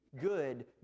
good